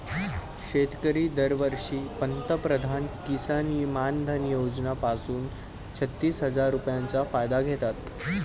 शेतकरी दरवर्षी पंतप्रधान किसन मानधन योजना पासून छत्तीस हजार रुपयांचा फायदा घेतात